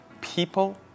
people